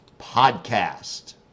podcast